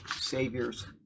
Savior's